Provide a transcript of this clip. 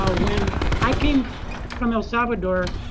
ah when i came from el salvador